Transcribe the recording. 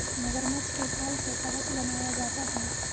मगरमच्छ की खाल से कवच बनाया जाता है